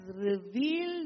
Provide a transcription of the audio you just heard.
revealed